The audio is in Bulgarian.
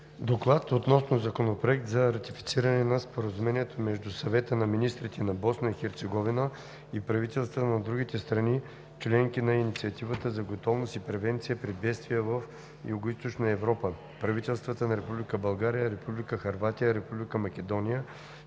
„ДОКЛАД относно Законопроект за ратифициране на Споразумението между Съвета на министрите на Босна и Херцеговина и правителствата на другите страни – членки на Инициативата за готовност и превенция при бедствия в Югоизточна Европа (правителствата на Република България, Република Хърватия, Република Македония,